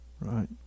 right